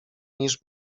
niż